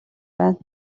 байна